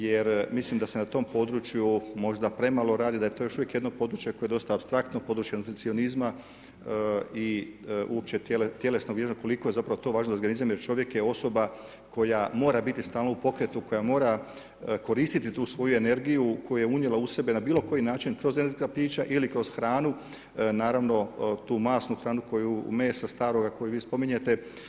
Jer mislim da se na tom području možda premalo radi, da je to još uvijek jedno područje koje je dosta apstraktno područje nutricionizma i uopće tjelesna vježba koliko je zapravo to važno za organizam jer čovjek je osoba koja mora biti stalno u pokretu, koja mora koristiti tu svoju energiju koju je unijela u sebe na bilo koji način kroz energetska pića ili kroz hranu, naravno tu masnu hranu, mesa staroga koji vi spominjete.